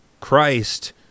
Christ